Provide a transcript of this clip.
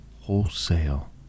wholesale